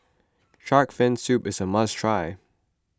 Shark's Fin Soup is a must try